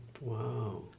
wow